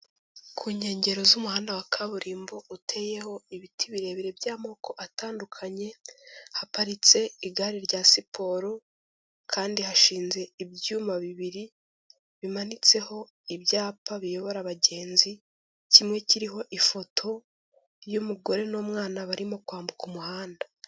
Ku nkengero z'umuhanda wa kaburimbo uteyeho ibiti birebire by'amoko atandukanye, haparitse igare rya siporo kandi hashinze ibyuma bibiri, bimanitseho ibyapa biyobora abagenzi, kimwe kiriho ifoto y'umugore n'umwana barimo kwambuka umuhanda.